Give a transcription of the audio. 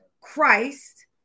Christ